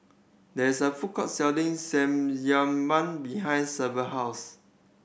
there is a food court selling Samgyeopsal behind Severt house